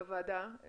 לוועדה,